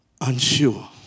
Unsure